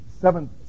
seventh